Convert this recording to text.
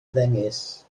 ddengys